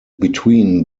between